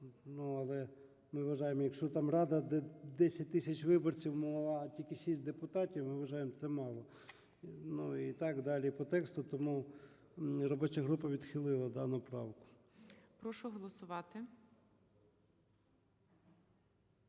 Але ми вважаємо, якщо там рада, де 10 тисяч виборців, а тільки 6 депутатів, ми вважаємо, це мало. І так далі по тексту. Тому робоча група відхилила дану правку.